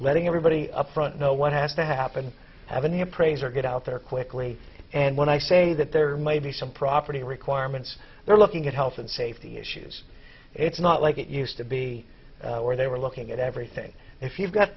letting everybody upfront know what has to happen have an appraiser get out there quickly and when i say that there may be some property requirements they're looking at health and safety issues it's not like it used to be where they were looking at everything if you've got